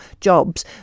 jobs